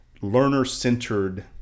learner-centered